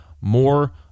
more